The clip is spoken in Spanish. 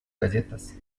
galletas